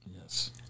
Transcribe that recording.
Yes